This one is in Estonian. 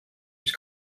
mis